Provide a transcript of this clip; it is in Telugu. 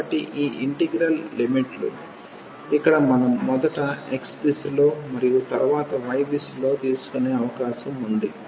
కాబట్టి ఈ ఇంటిగ్రల్ లిమిట్లు ఇక్కడ మనం మొదట x దిశలో మరియు తరువాత y దిశలో తీసుకునే అవకాశం ఉంది